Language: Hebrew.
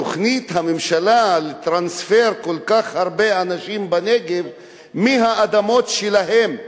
תוכנית הממשלה לטרנספר כל כך הרבה אנשים בנגב מהאדמות שלהם,